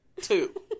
Two